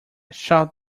shout